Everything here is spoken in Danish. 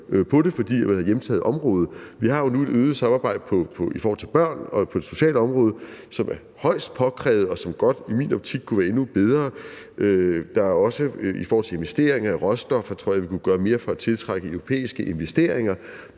fordi man har hjemtaget området. Vi har nu et øget samarbejde om børnene og på det sociale område, hvilket er højst påkrævet, og som i min optik godt kunne være endnu bedre. Det gælder også i forhold til investeringer i råstoffer. Der tror jeg, at vi kunne gøre mere for at tiltrække europæiske investeringer.